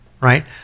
right